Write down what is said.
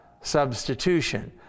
substitution